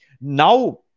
now